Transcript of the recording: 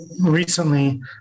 recently